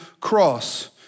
cross